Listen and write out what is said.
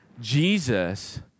Jesus